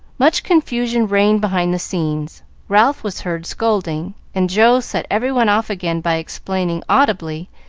much confusion reigned behind the scenes ralph was heard scolding, and joe set every one off again by explaining, audibly,